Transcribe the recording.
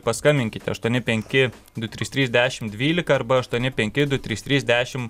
paskambinkite aštuoni penki du trys trys dešim dvylika arba aštuoni penki du trys trys dešim